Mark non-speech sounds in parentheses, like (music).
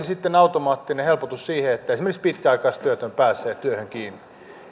(unintelligible) sitten automaattinen helpotus siihen että esimerkiksi pitkäaikaistyötön pääsee työhön kiinni